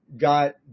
got